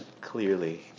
clearly